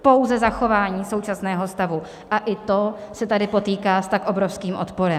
Pouze zachování současného stavu, a i to se tady potýká s tak obrovským odporem.